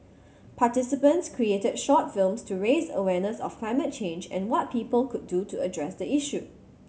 participants created short films to raise awareness of climate change and what people could do to address the issue